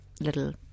little